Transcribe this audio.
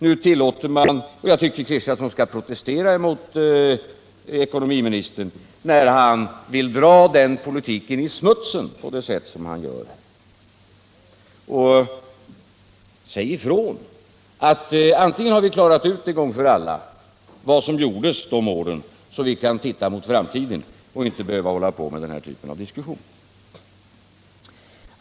Jag tycker att Axel Kristiansson skall protestera mot ekonomiministern när han vill dra den politiken i smutsen på det sätt som han gör här. Säg ifrån att vi har klarat ut en gång för alla vad som gjordes och att det nu gäller att titta på framtiden i stället för att hålla på med den här typen av diskussion.